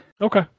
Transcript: okay